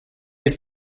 ist